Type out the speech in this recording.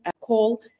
call